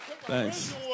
Thanks